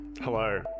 Hello